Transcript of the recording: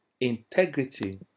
Integrity